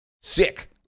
sick